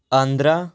Andhra